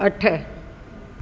अठ